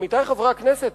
עמיתי חברי הכנסת,